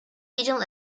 regional